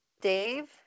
Dave